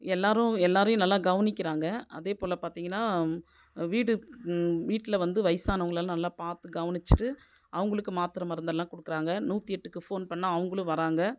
எல்லோரும் எல்லாரையும் நல்லா கவனிக்கிறாங்க அதே போல பார்த்தீங்கன்னா வீடு வீட்டில் வந்து வயசானவங்களாம் நல்லா பார்த்து கவனிச்சுட்டு அவங்களுக்கு மாத்திர மருந்தெல்லாம் கொடுக்குறாங்க நூற்றி எட்டுக்கு ஃபோன் பண்ணால் அவங்குளும் வராங்க